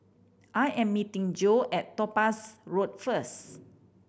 I am meeting Joe at Topaz Road first